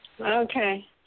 Okay